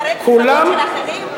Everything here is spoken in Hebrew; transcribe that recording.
לפרק מפלגות של אחרים?